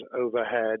overhead